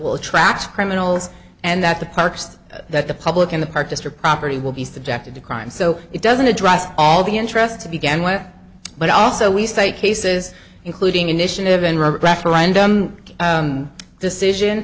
will traps criminals and that the parks that the public in the park district property will be subjected to crime so it doesn't address all the interest to begin with but also we say cases including initiative and referendum decision